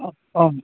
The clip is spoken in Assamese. অঁ অঁ